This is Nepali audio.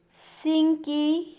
सिन्की